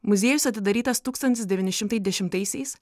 muziejus atidarytas tūkstantis devyni šimtai dešimtaisiais